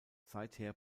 seither